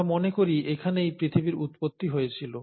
আমরা মনে করি এখানেই পৃথিবীর উৎপত্তি হয়েছিল